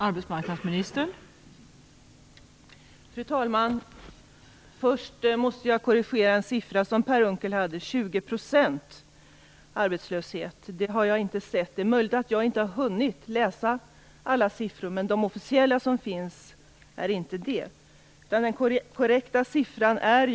Fru talman! Först måste jag korrigera en siffra som Per Unckel nämnde. 20 procents arbetslöshet har jag inte sett. Jag kanske inte har hunnit läsa alla siffror, men det är inte den officiella siffran.